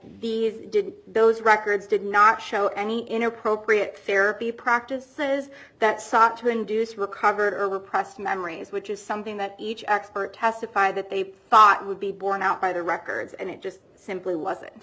the did those records did not show any inappropriate therapy practices that sought to induce recovered her precious memories which is something that each expert testify that they thought would be borne out by the records and it just simply wasn't